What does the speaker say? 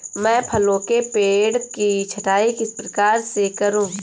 मैं फलों के पेड़ की छटाई किस प्रकार से करूं?